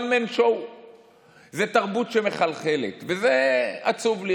one man show זו תרבות שמחלחלת, וזה עצוב לי.